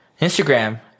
Instagram